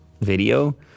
video